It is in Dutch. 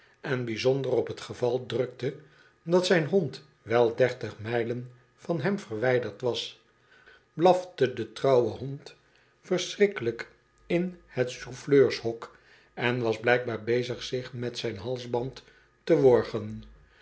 en bijzonder op t geval drukte dat zijn hond wel dertig mijlen van hem verwijderd was blafte de trouwe hond verschrikkelijk in t souffleurshok en was blijkbaar bezig zich met zijn halsband te worgen